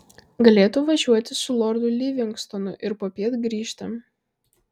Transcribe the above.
galėtų važiuoti su lordu livingstonu ir popiet grįžti